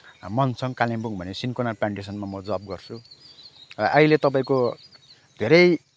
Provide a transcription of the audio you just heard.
मनसङ कालिम्पोङ भन्ने सिनकोना प्लान्टेसनमा म जब गर्छु र अहिले तपाईँको धेरै